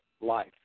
life